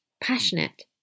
passionate